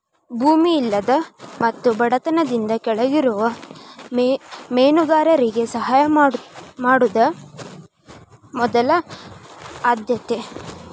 ಭೂಮಿ ಇಲ್ಲದ ಮತ್ತು ಬಡತನದಿಂದ ಕೆಳಗಿರುವ ಮೇನುಗಾರರಿಗೆ ಸಹಾಯ ಮಾಡುದ ಮೊದಲ ಆದ್ಯತೆ